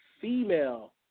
female